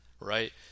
Right